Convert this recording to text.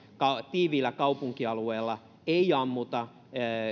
tiiviillä kaupunkialueella ei ammuta